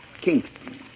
Kingston